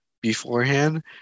beforehand